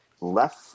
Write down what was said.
left